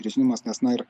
grąžinimas nes na ir